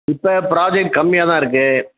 இப்போ ப்ராஜெக்ட் கம்மியாக தான் இருக்குது